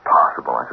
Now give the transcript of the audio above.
possible